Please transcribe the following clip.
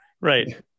Right